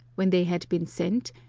when they had been sent,